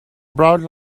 broad